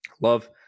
Love